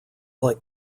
like